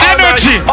Energy